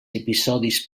episodis